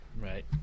Right